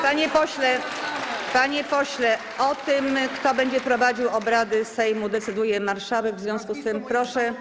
Panie pośle, o tym, kto będzie prowadził obrady Sejmu, decyduje marszałek, w związku z tym proszę.